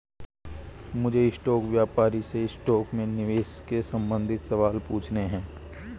मुझे स्टॉक व्यापारी से स्टॉक में निवेश के संबंधित सवाल पूछने है